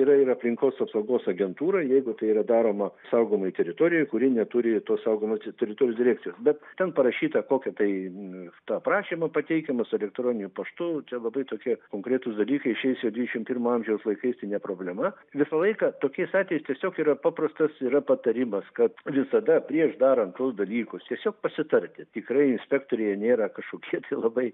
yra ir aplinkos apsaugos agentūra jeigu tai yra daroma saugomoj teritorijoj kuri neturi tos saugomos te teritorijos direkcijos bet ten parašyta kokį tai tą prašymą pateikiamas elektroniniu paštu čia labai tokie konkretūs dalykai šiais au dvidešimt pirmo amžiaus laikais ne problema visą laiką tokiais atvejais tiesiog yra paprastas yra patarimas kad visada prieš darant tuos dalykus tiesiog pasitarti tikrai inspektoriai jie nėra kažkokie labai